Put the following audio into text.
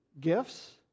gifts